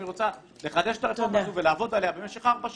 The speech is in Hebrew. אם היא רוצה לחדש את הרפורמה ולעבוד עליה במשך ארבע שנים,